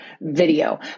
video